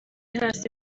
hasi